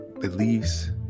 beliefs